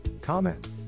comment